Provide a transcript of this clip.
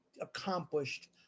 accomplished